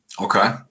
Okay